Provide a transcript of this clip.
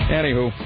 Anywho